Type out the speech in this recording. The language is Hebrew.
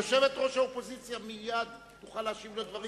יושבת-ראש האופוזיציה מייד תוכל להשיב על הדברים